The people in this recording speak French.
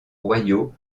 royaux